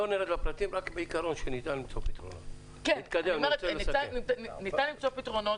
לא נרד לפרטים, רק בעיקרון, שניתן למצוא פתרונות.